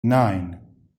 nine